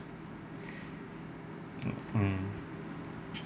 mm mm